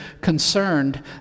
concerned